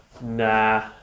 Nah